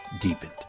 deepened